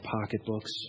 pocketbooks